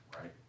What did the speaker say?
right